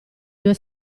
due